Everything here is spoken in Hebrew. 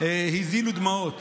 שהזילו דמעות.